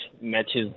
matches